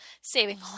saving